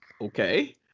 okay